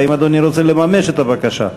האם אדוני רוצה לממש את הבקשה?